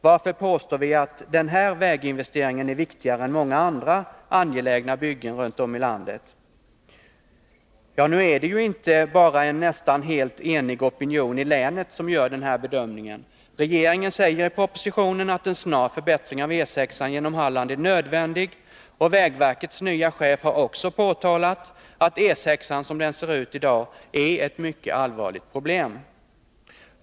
Varför påstår vi att den här väginvesteringen är viktigare än många andra angelägna byggen runt om i landet? Ja, nu är det ju inte bara en nästan helt enig opinion i länet som gör den här bedömningen. Regeringen säger i propositionen att en snar förbättring av E 6 genom Halland är nödvändig, och vägverkets nye chef har också påtalat att E 6, som den ser ut i dag, är ett mycket allvarligt problem.